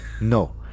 No